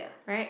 right